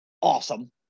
awesome